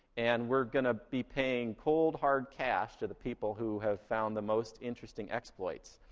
and we're gonna be paying cold, hard cash to the people who have found the most interesting exploits.